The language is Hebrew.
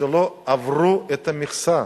שלא עברו את המכסה.